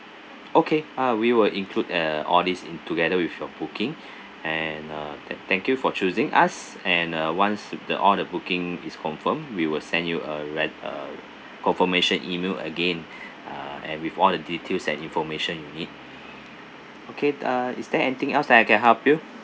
okay uh we will include uh all these in together with your booking and uh that thank you for choosing us and uh once the all the booking is confirmed we will send you a re~ uh confirmation email again ah and with all the details and information you need okay uh is there anything else that I can help you